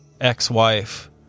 ex-wife